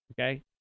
Okay